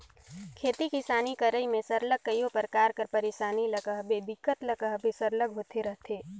खेती किसानी करई में सरलग कइयो परकार कर पइरसानी ल कहबे दिक्कत ल कहबे सरलग होते रहथे